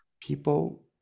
People